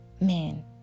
man